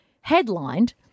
Headlined